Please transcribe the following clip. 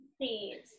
Please